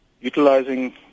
utilizing